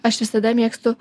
aš visada mėgstu